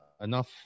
enough